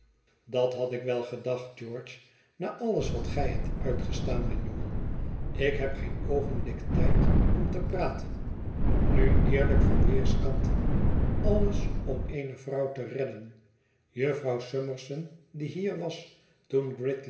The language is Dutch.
dat had ik wel gedacht george na alles wat gij hebt uitgestaan mijn jongen ik heb geen oogenblik tijd om te praten nu eerlijk van weerskanten alles om eene vrouw te redden jufvrouw summerson die hier was toen